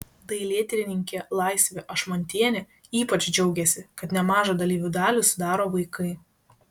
dailėtyrininkė laisvė ašmontienė ypač džiaugėsi kad nemažą dalyvių dalį sudaro vaikai